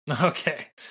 Okay